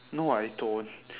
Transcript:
no I don't